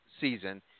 season